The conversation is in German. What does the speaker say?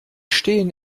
stehen